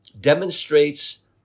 demonstrates